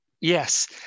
Yes